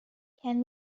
can